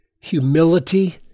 humility